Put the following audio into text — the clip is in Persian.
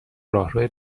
راهرو